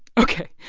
ok,